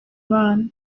imana